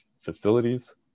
facilities